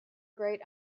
great